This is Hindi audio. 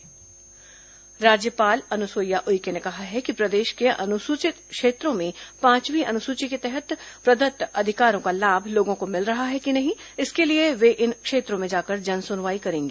राज्यपाल जनसुनवाई राज्यपाल अनुसुईया उइके ने कहा है कि प्रदेश के अनुसूचित क्षेत्रों में पांचवी अनुसूची के तहत प्रदत्त अधिकारों का लाभ लोगों को मिल रहा है कि नहीं इसके लिए वे इन क्षेत्रों में जाकर जनसुनवाई करेंगी